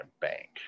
bank